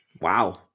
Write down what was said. wow